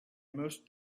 most